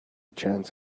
chance